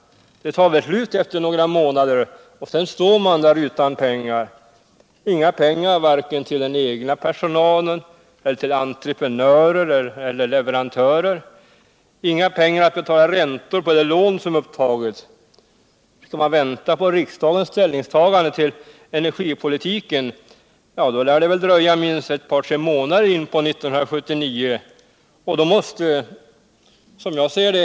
De tar väl slut efter några månader och sedan står man där utan pengar. Ing pengar varken till den egna personalen eller ull entreprenörer och leverantörer. Inga pengar att betala räntor på de lån som upptagits. Skall man vänta på riksdagens ställningstagande till energipoliuken lär det väl dröja minst ett par tre månader in på 1979, och då måste, som jag ser det.